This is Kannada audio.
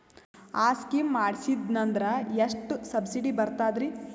ಆ ಸ್ಕೀಮ ಮಾಡ್ಸೀದ್ನಂದರ ಎಷ್ಟ ಸಬ್ಸಿಡಿ ಬರ್ತಾದ್ರೀ?